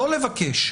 לא לבקש,